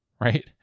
right